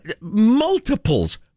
Multiples